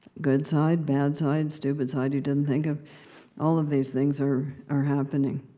good side, bad side, stupid side you didn't think of all of these things are are happening.